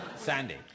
Sandy